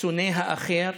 שונא האחר,